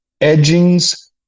edgings